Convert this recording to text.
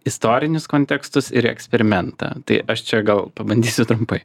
istorinius kontekstus ir eksperimentą tai aš čia gal pabandysiu trumpai